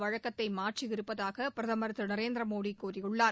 வழக்கத்தை மாற்றியிருப்பதாக பிரதமர் திரு நரேந்திரமோடி கூறியுள்ளார்